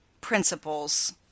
principles